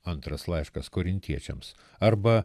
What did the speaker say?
antras laiškas korintiečiams arba